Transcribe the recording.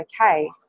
okay